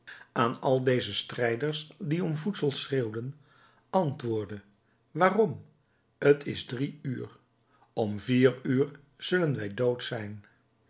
aan al deze strijders die om voedsel schreeuwden antwoordde waarom t is drie uur om vier uur zullen wij dood zijn